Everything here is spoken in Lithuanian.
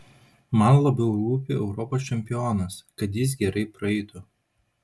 man labiau rūpi europos čempionas kad jis gerai praeitų